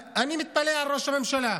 אני מתפלא על ראש הממשלה.